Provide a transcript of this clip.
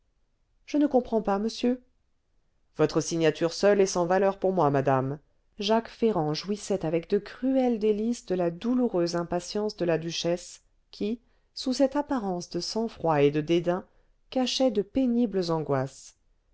je ne comprends pas monsieur votre signature seule est sans valeur pour moi madame jacques ferrand jouissait avec de cruelles délices de la douloureuse impatience de la duchesse qui sous cette apparence de sang-froid et de dédain cachait de pénibles angoisses